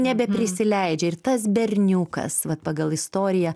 neprisileidžia ir tas berniukas vat pagal istoriją